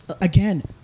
again